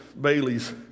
Bailey's